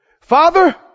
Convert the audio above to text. Father